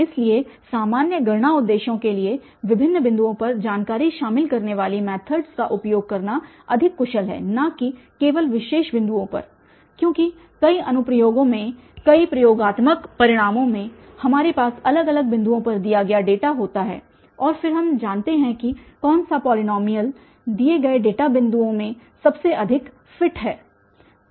इसलिए सामान्य गणना उद्देश्यों के लिए विभिन्न बिंदुओं पर जानकारी शामिल करने वाली मैथडस का उपयोग करना अधिक कुशल है न कि केवल विशेष बिंदु पर क्योंकि कई अनुप्रयोगों में कई प्रयोगात्मक परिणामों में हमारे पास अलग अलग बिंदुओं पर दिया गया डेटा होता है और फिर हम जानना चाहते हैं कि कौन सा पॉलीनॉमियल दिए गए डेटा बिंदुओं में सबसे अधिक फिट है